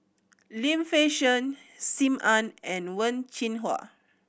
Lim Fei Shen Sim Ann and Wen Jinhua